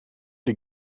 die